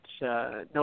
no